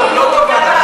אני חושבת,